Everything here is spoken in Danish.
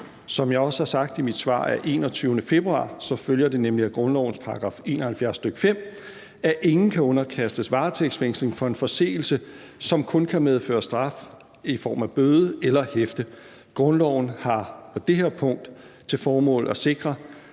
Som jeg også har sagt i mit svar af 21. februar, så følger det nemlig af grundlovens § 71, stk. 5, at ingen kan underkastes varetægtsfængsling for en forseelse, som kun kan medføre straf i form af bøde eller hæfte. Grundloven har på det her punkt til formål at sikre,